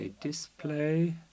display